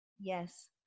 yes